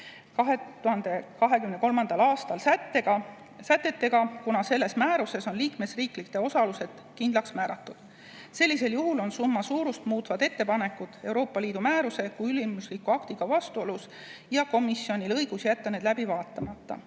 2023. aastal, kuna selles määruses on liikmesriikide osalused kindlaks määratud. Sellisel juhul on summa suurust muutvad ettepanekud Euroopa Liidu määruse kui ülimusliku aktiga vastuolus ja komisjonil on õigus jätta need läbi vaatamata.